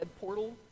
portal